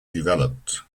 developed